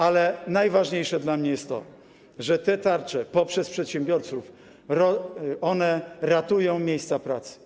Ale najważniejsze dla mnie jest to, że te tarcze poprzez przedsiębiorców ratują miejsca pracy.